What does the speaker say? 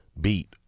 beat